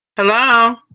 Hello